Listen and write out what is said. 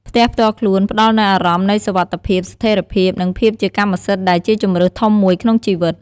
ផ្ទះផ្ទាល់ខ្លួនផ្ដល់នូវអារម្មណ៍នៃសុវត្ថិភាព ស្ថេរភាព និងភាពជាកម្មសិទ្ធិដែលជាជម្រើសធំមួយក្នុងជីវិត។